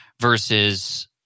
versus